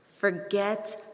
Forget